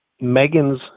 Megan's